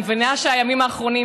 אני מבינה שהימים אחרונים,